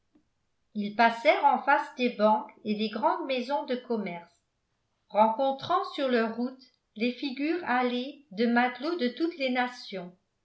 ils passèrent en face des banques et des grandes maisons de commerce rencontrant sur leur route les figures hâlées de matelots de toutes les nations